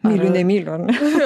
myliu nemyliu ar ne